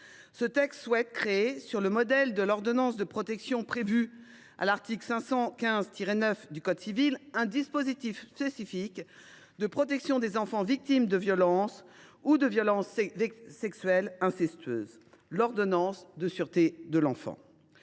auteure souhaite créer, sur le modèle de l’ordonnance de protection prévue à l’article 515 9 du code civil, un dispositif spécifique de protection des enfants victimes de violences ou de violences sexuelles incestueuses : l’ordonnance de sûreté de l’enfant.